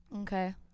Okay